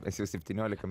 mes jau septyniolika